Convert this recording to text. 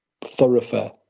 thoroughfare